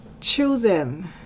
choosing